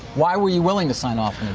why were you willing to sign off on